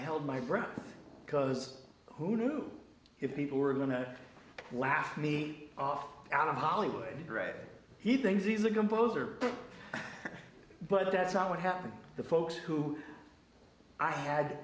held my breath because who knew if people were going to laugh me off out of hollywood dread he thinks he's the composer but that's not what happened the folks who i had